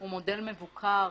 הוא מודל מבוקר.